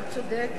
צודק.